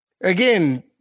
Again